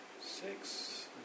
six